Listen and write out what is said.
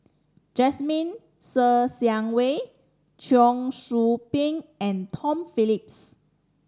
Jasmine Ser Xiang Wei Cheong Soo Pieng and Tom Phillips